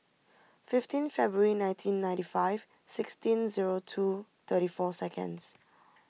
fifteen February nineteen ninety five sixteen zero two thirty four seconds